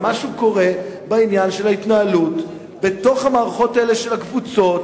ומשהו קורה בעניין ההתנהלות בתוך המערכות האלה של הקבוצות,